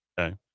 Okay